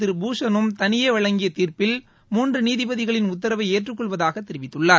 திரு பூஷனும் தனியே வழங்கிய தீரப்பில் மூன்று நீதிபதிகளின் உத்தரவை நீதிபதி ஏற்றுக்கொள்வதாக தெரிவித்துள்ளார்